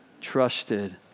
trusted